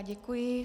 Děkuji.